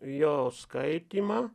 jo skaitymą